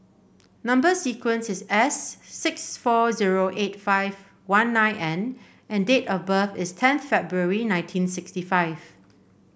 number sequence is S six four zero eight five one nine N and date of birth is ten February nineteen sixty five